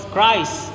Christ